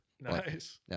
Nice